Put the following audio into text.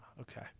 Okay